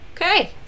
Okay